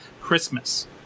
christmas